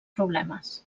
problemes